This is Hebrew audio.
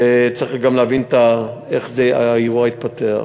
וצריך גם להבין איך האירוע התפתח.